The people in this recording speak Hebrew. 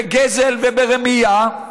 בגזל וברמייה,